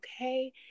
Okay